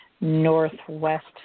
northwest